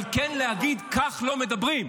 אבל כן להגיד שכך לא מדברים.